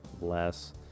less